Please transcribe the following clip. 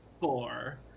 four